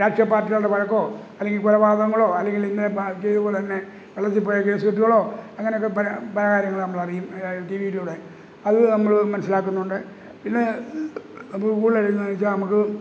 രാഷ്ട്രീയ പാർട്ടികളുടെ വഴക്കോ അല്ലെങ്കിൽ കൊലപാതകങ്ങളോ അല്ലെങ്കിൽ ഇന്ന പാർട്ടിയെ പോലെ എന്നെ വെള്ളത്തിൽ പോയ കേസ് കെട്ടുകളോ അങ്ങനെയൊക്കെ പരാ പരാതികൾ നമ്മൾ അറിയും ടി വിയിലൂടെ അത് നമ്മൾ മനസ്സിലാക്കുന്നുണ്ട് പിന്നെ അപ്പോൾ കൂടുതൽ എന്തെന്ന് വെച്ചാൽ നമുക്ക്